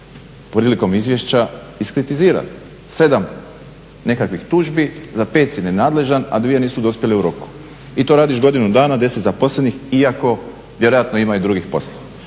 prilikom izvješća iskritizirali 7 nekakvih tužbi, za 5 si nenadležan a 2 nisu dospjele u roku. I to radiš godinu dana, 10 zaposlenih iako vjerojatno ima i drugih poslova.